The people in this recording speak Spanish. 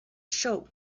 show